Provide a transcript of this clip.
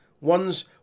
One's